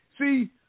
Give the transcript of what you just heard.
see